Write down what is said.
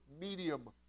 medium